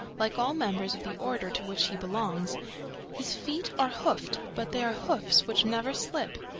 like all members of the order to which he belongs his feet are hoofed, but they are hoofs which never slip,